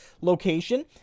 location